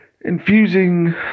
infusing